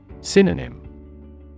Synonym